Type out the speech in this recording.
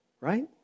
Right